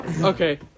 okay